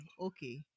okay